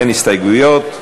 אין הסתייגויות.